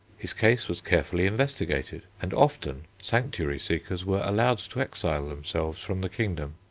his case was carefully investigated and often sanctuary-seekers were allowed to exile themselves from the kingdom.